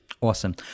awesome